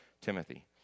Timothy